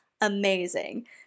amazing